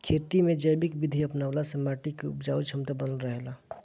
खेती में जैविक विधि अपनवला से माटी के उपजाऊ क्षमता बनल रहेला